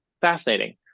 fascinating